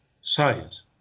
science